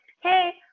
hey